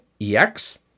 EX